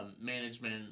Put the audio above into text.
management